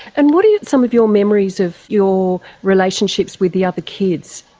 and what are some of your memories of your relationships with the other kids?